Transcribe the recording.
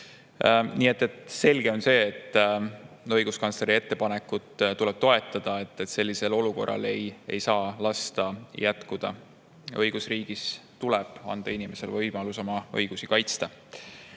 eurot. Selge on see, et õiguskantsleri ettepanekut tuleb toetada, sellisel olukorral ei saa lasta jätkuda. Õigusriigis tuleb anda inimesele võimalus oma õigusi kaitsta.